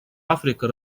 африка